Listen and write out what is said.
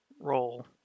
roll